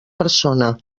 persona